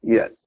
Yes